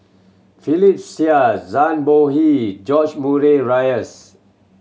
Philip Chia Zhang Bohe George Murray Reith